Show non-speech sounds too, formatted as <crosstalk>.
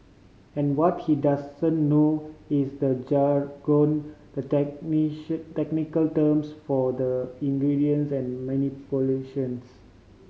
and what he doesn't know is the jargon the <unintelligible> technical terms for the ingredients and manipulations